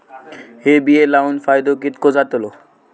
हे बिये लाऊन फायदो कितको जातलो?